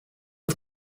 het